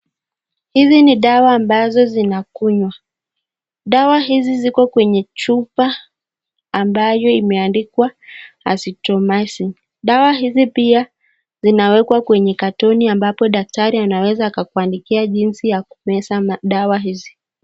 Hizi ni dawa ambazo zinakunywa. Dawa hizi ziko kwenye chupa ambayo imeandikwa Azythromycin . Dawa hizi pia zinawekwa kwenye katoni ambapo daktari anaweza akakuandikia jinsi ya kumeza madawa hizi.